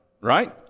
right